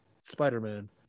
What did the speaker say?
spider-man